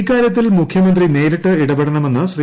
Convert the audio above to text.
ഇക്കാര്യത്തിൽ മുഖ്യമന്ത്രി നേരിട്ട് ഇടപെടണമെന്ന് ശ്രീ